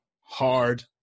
Hard